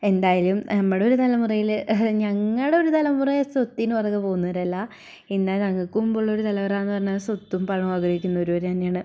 എന്തായാലും നമ്മുടെ ഒരു തലമുറയിൽ എഹ് ഞങ്ങളുടെ ഒരു തലമുറ സ്വത്തിന് പുറകെ പോകുന്നവരല്ല പിന്നെ ഞങ്ങൾക്ക് മുമ്പുള്ള ഒരു തലമുറ എന്ന് പറഞ്ഞാൽ സ്വത്തും പണവും ആഗ്രഹിക്കുന്നവർ തന്നെയാണ്